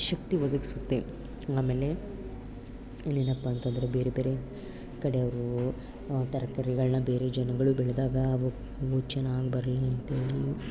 ಶಕ್ತಿ ಒದಗಿಸುತ್ತೆ ಆಮೇಲೆ ಇನ್ನೇನಪ್ಪ ಅಂತಂದರೆ ಬೇರೆ ಬೇರೆ ಕಡೆಯವ್ರು ತರಕಾರಿಗಳ್ನ ಬೇರೆ ಜನಗಳು ಬೆಳೆದಾಗ ಅವು ಚೆನ್ನಾಗಿ ಬರಲಿ ಅಂತ್ಹೇಳಿ